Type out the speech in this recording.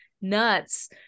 nuts